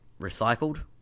recycled